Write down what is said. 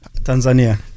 Tanzania